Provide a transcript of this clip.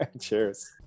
Cheers